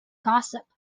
gossip